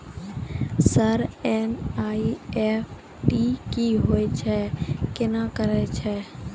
Sir NEFT की होय छै, केना करे छै?